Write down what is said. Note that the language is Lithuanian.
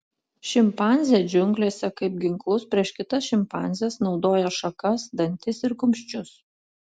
šimpanzė džiunglėse kaip ginklus prieš kitas šimpanzes naudoja šakas dantis ir kumščius